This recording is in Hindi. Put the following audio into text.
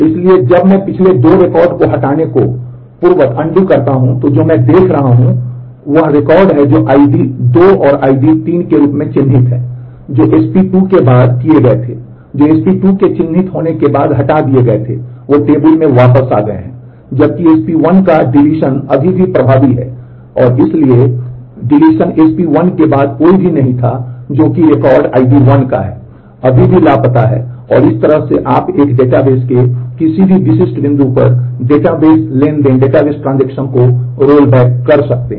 इसलिए जब मैं पिछले 2 रिकॉर्ड को हटाने को पूर्ववत् को रोलबैक कर सकते हैं